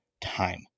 time